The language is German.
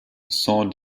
saint